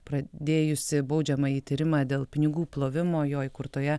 pradėjusi baudžiamąjį tyrimą dėl pinigų plovimo jo įkurtoje